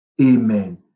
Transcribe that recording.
Amen